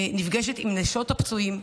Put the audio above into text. נפגשת עם נשות הפצועים,